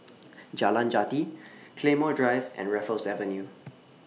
Jalan Jati Claymore Drive and Raffles Avenue